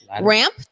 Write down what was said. Ramp